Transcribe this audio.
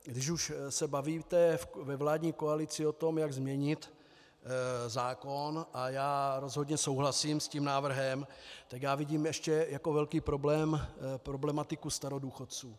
Když už se bavíte ve vládní koalici o tom, jak změnit zákon, a já rozhodně souhlasím s tím návrhem, tak vidím ještě jako velký problém problematiku starodůchodců.